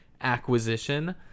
acquisition